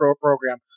program